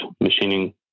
machining